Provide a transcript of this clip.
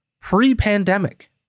pre-pandemic